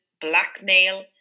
blackmail